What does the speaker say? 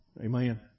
Amen